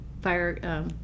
Fire